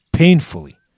Painfully